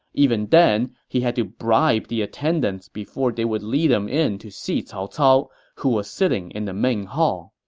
even then, he had to bribe the attendants before they would lead him in to see cao cao, who was sitting in the main hall.